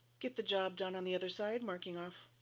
get the job done. on the other side marking off